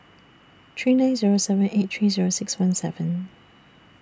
three nine Zero seven eight three Zero six one seven